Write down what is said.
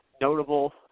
notable